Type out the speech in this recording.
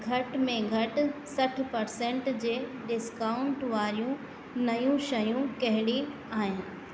घटि में घटि सठ परसेंट जे डिस्काउंट वारियूं नयूं शयूं कहिड़ी आहिनि